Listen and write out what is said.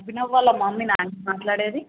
అభినవ్ వాళ్ళ మమ్మీనా అండి మాట్లాడేది